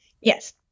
Yes